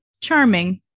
charming